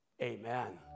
Amen